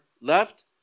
left